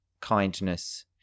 kindness